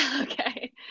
Okay